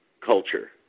culture